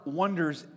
wonders